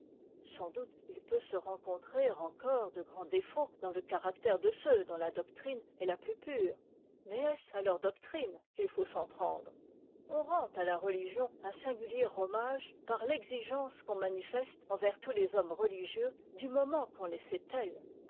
sans doute il peut se rencontrer encore de grands défauts dans le caractère de ceux dont la doctrine est la plus pure mais est-ce à leur doctrine qu'il faut s'en prendre on rend à la religion un singulier hommage par l'exigence qu'on manifeste envers tous les hommes religieux du moment qu'on les sait